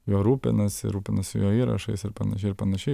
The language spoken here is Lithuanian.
juo rūpinasi ir rūpinasi jo įrašais ir panašiai ir panašiai